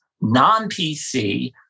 non-PC